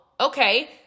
okay